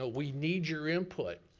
ah we need your input.